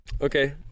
Okay